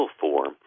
form